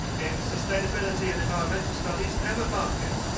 in sustainability and environmental studies, emma bathgate.